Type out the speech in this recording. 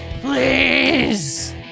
Please